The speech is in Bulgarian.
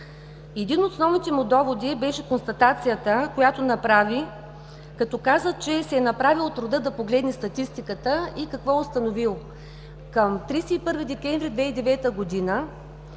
Един от основните му доводи беше констатацията, която направи, като каза, че си е направил труда да погледне статистиката и какво е установил. Към 31 декември 2009 г.